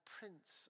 Prince